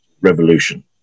revolution